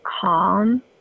calm